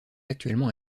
actuellement